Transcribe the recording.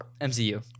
MCU